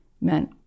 meant